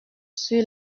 sur